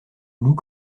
loup